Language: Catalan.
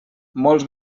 molts